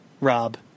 Rob